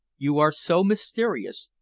you are so mysterious,